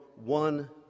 one